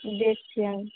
দেখছি আমি